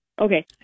Okay